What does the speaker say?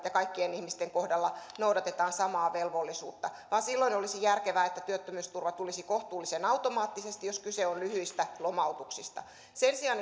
ja kaikkien ihmisten kohdalla noudatetaan samaa velvollisuutta vaan silloin olisi järkevää että työttömyysturva tulisi kohtuullisen automaattisesti jos kyse on lyhyistä lomautuksista sen sijaan